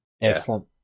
Excellent